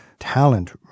talent